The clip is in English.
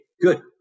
good